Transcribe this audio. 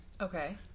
Okay